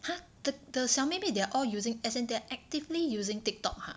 !huh! the the 小妹妹 they are all using as in they are actively using TikTok ah